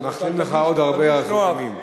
מאחלים לך עוד הרבה אריכות ימים.